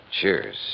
cheers